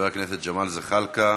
ג'מאל זחאלקה,